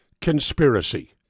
conspiracy